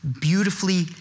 beautifully